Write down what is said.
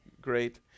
great